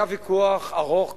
היה ויכוח ארוך,